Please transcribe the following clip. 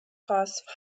costs